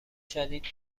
شدید